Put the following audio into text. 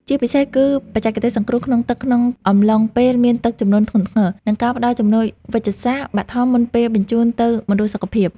ជាពិសេសគឺបច្ចេកទេសសង្គ្រោះក្នុងទឹកក្នុងអំឡុងពេលមានទឹកជំនន់ធ្ងន់ធ្ងរ និងការផ្ដល់ជំនួយវេជ្ជសាស្ត្របឋមមុនពេលបញ្ជូនទៅមណ្ឌលសុខភាព។